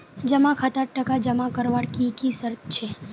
जमा खातात टका जमा करवार की की शर्त छे?